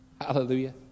Hallelujah